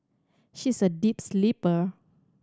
she is a deep sleeper